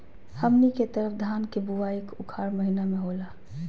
हमनी के तरफ धान के बुवाई उखाड़ महीना में होला